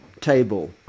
table